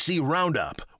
Roundup